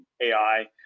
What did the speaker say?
AI